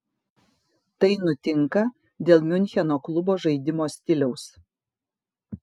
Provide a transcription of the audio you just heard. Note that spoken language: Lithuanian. tai nutinka dėl miuncheno klubo žaidimo stiliaus